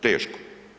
Teško.